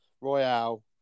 Royale